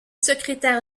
secrétaire